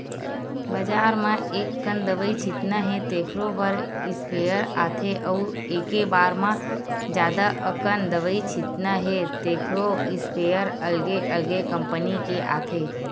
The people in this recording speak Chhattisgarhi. बजार म एककन दवई छितना हे तेखरो बर स्पेयर आथे अउ एके बार म जादा अकन दवई छितना हे तेखरो इस्पेयर अलगे अलगे कंपनी के आथे